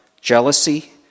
jealousy